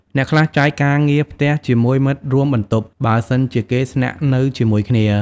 អ្នកខ្លះចែកការងារផ្ទះជាមួយមិត្តរួមបន្ទប់ បើសិនជាគេស្នាក់នៅជាមួយគ្នា។